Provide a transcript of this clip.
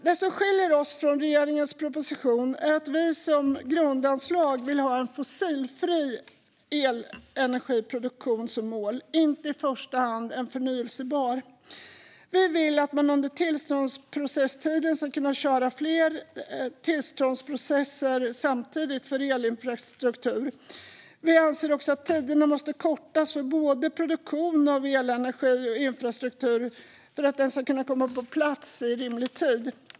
Det som skiljer oss från vad som föreslås i regeringens proposition är att vi som grundanslag vill ha en fossilfri elenergiproduktion som mål, inte i första hand en förnybar. Vi vill att man under tillståndsprocesstiden ska kunna köra flera tillståndsprocesser för elinfrastruktur samtidigt. Vi anser också att tiderna måste kortas för att produktion av både elenergi och infrastruktur ska kunna komma på plats i rimlig tid.